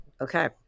Okay